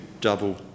double